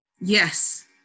Yes